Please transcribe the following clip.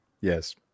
Yes